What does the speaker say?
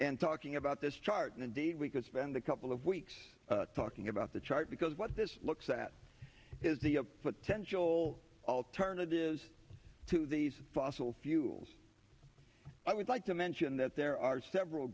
and talking about this chart and indeed we could spend a couple of weeks talking about the chart because what this looks at is the a potential alternatives to these fossil fuels i would like to mention that there are several